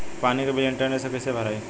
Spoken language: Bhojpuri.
पानी के बिल इंटरनेट से कइसे भराई?